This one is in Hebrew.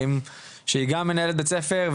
שהיא גם מנהלת בית ספר,